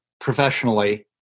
professionally